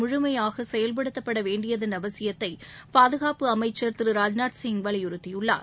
முழுமையாக செயல்படுத்தப்பட வேண்டியதன் அவசியத்தை பாதுகாப்பு அமைச்சர் திரு ராஜ்நாத் சிங் வலிபுறுத்தியுள்ளார்